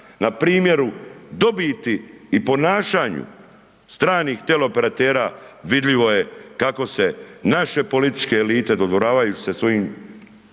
na primjeru dobiti i ponašanju stranih teleoperatera, vidljivo je kako se naše političke elite, dodvoravaju se svojim